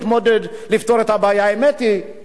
הייתי למשל מצפה,